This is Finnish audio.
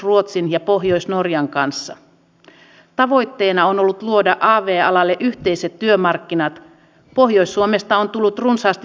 mikään palkkatuki jota täällä tänään on esillä pidetty tai muu julkisrahoitteinen järjestely ei ikinä voi päästä lähellekään samaa vaikutusta